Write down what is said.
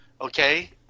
Okay